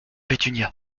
pétunia